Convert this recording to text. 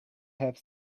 have